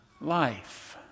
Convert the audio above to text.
life